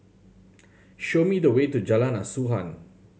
show me the way to Jalan Asuhan